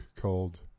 called